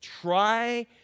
try